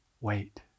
Wait